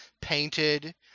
painted